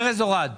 ארז אורעד.